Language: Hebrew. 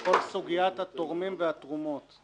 חוק סוגיית התורמים והתרומות.